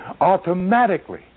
automatically